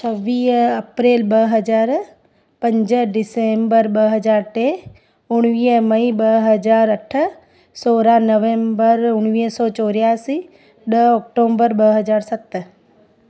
छवीह अप्रैल ॿ हज़ार पंज डिसेम्बर ॿ हज़ार टे उणिवीह मई ॿ हज़ार अठ सोरहं नवैम्बर उणिवीह सौ चौरियासी ॾह अक्टूंबर ॿ हज़ार सत